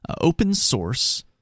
open-source